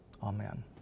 Amen